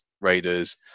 Raiders